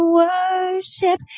worship